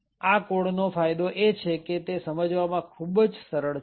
આ કોડ નો ફાયદો એ છે કે તે સમજવામાં ખુબ જ સરળ છે